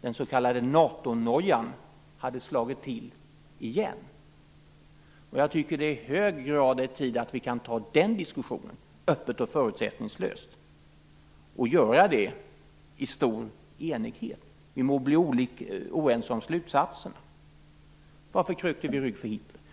Den s.k. NATO-nojan hade slagit till igen. Jag tycker att det i hög grad är tid att vi kan ta upp den diskussionen öppet, förutsättningslöst och i stor enighet, även om vi må bli oense om slutsatserna. Varför krökte vårt land rygg för Hitler?